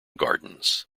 gardens